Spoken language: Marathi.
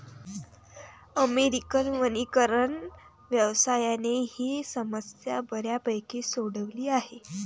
अमेरिकन वनीकरण व्यवसायाने ही समस्या बऱ्यापैकी सोडवली आहे